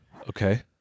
Okay